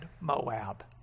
Moab